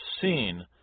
seen